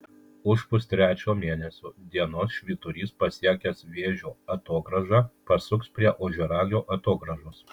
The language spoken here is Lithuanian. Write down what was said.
už pustrečio mėnesio dienos švyturys pasiekęs vėžio atogrąžą pasuks prie ožiaragio atogrąžos